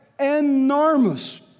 enormous